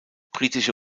britische